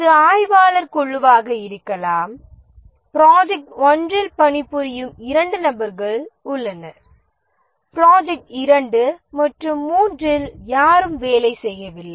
இது ஆய்வாளர் குழுவாக இருக்கலாம் ப்ராஜெக்ட் 1 இல் பணிபுரியும் இரண்டு நபர்கள் உள்ளனர் ப்ராஜெக்ட் 2 மற்றும் 3 இல் யாரும் வேலை செய்யவில்லை